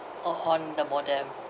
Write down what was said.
oh on the modem